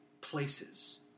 places